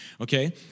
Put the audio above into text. okay